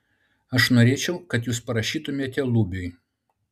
aš norėčiau kad jūs parašytumėte lubiui